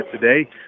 today